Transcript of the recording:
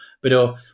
pero